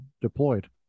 deployed